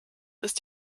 ist